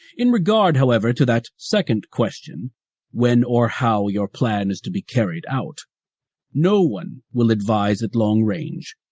in regard, however, to that second question when or how your plan is to be carried out no one will advise at long range.